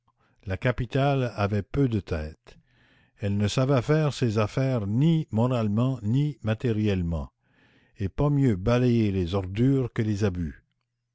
la capitale avait peu de tête elle ne savait faire ses affaires ni moralement ni matériellement et pas mieux balayer les ordures que les abus